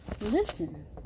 listen